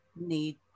need